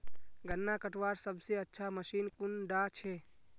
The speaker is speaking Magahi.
गन्ना कटवार सबसे अच्छा मशीन कुन डा छे?